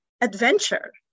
adventure